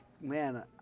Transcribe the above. man